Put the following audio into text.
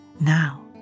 Now